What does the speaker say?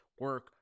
Work